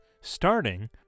starting